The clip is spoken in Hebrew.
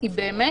ובאמת